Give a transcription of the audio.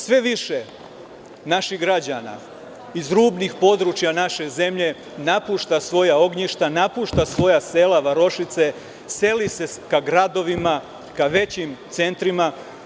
Sve više naših građana iz rubnih područja naše zemlje napušta svoja ognjišta, napušta svoja sela, varošice, seli se ka gradovima, ka većim centrima.